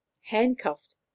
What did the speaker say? handcuffed